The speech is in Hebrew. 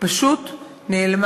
פשוט נעלמה.